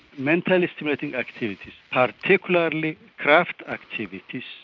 mentally stimulating activities, particularly craft activities,